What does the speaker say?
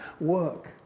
work